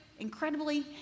Incredibly